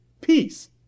Peace